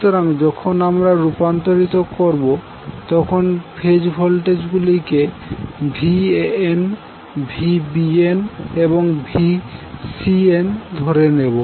সুতরাং যখন আমরা রূপান্তরিত করবো তখন ফেজ ভোল্টেজ গুলিকে Van Vbn এবং Vcn ধরে নেবো